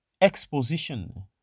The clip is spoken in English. Exposition